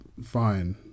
fine